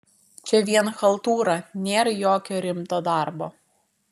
čia vien chaltūra nėr jokio rimto darbo